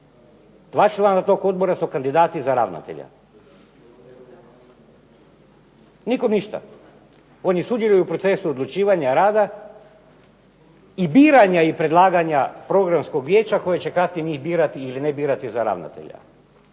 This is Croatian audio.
Dva člana tog odbora su kandidati za ravnatelja. Nikom ništa. Oni sudjeluju u procesu odlučivanja, rada i biranja i predlaganja Programskog vijeća koje će kasnije njih birati ili ne birati za ravnatelja.